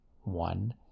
One